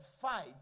fight